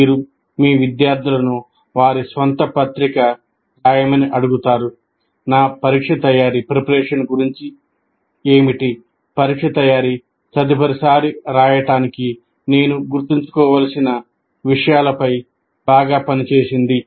మీరు మీ విద్యార్థులను వారి స్వంత పత్రిక రాయమని అడుగుతారు నా పరీక్ష తయారీ గురించి ఏమిటి పరీక్ష తయారీ తదుపరిసారి రాయటానికి నేను గుర్తుంచుకోవలసిన విషయాలపై బాగా పనిచేసింది